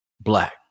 Black